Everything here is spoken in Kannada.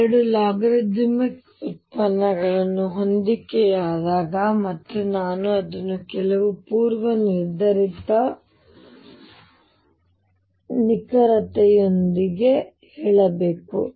2 ಲಾಗರಿಥಮಿಕ್ ಉತ್ಪನ್ನಗಳು ಹೊಂದಿಕೆಯಾದಾಗ ಮತ್ತು ನಾನು ಅದನ್ನು ಕೆಲವು ಪೂರ್ವನಿರ್ಧರಿತ ನಿಖರತೆಯೊಳಗೆ ಹೇಳಬೇಕು